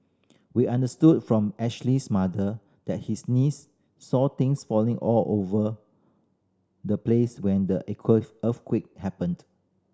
we understood from Ashley's mother that his niece saw things falling all over the place when the earthquake happened